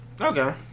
Okay